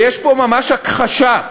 ויש פה ממש הכחשה,